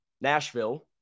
Nashville